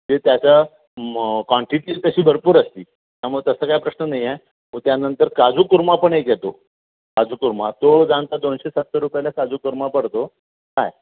ते त्याचं क्वांटिटी तशी भरपूर असते त्यामुळं तसा काय प्रश्न नाही आहे हो त्यानंतर काजू कोरमा पण एक येतो काजू कोरमा तो साधाररणत दोनशे सत्तर रुपयाला काजू कोरमा पडतो काय